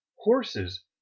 horses